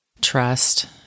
trust